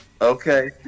okay